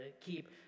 keep